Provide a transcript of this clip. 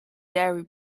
dairy